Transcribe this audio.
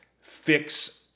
fix